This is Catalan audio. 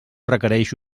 requereix